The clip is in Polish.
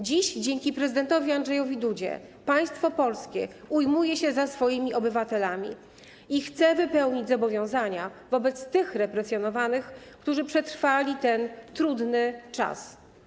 Dziś, dzięki prezydentowi Andrzejowi Dudzie państwo polskie ujmuje się za swoimi obywatelami i chce wypełnić zobowiązania wobec tych represjonowanych, którzy przetrwali ten trudny czas.